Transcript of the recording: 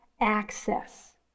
access